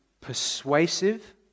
persuasive